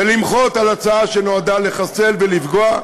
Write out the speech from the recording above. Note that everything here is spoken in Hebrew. ואני רוצה למחות על ההצעה שנועדה לחסל ולפגוע,